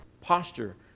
posture